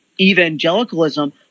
evangelicalism